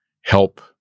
help